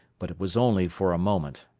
but it was only for a moment.